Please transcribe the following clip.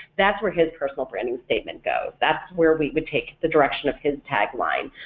that's where his personal branding statement goes, that's where we would take the direction of his tagline.